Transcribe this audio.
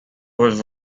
was